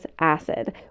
acid